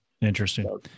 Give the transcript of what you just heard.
Interesting